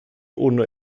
ohne